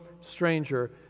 stranger